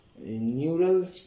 neural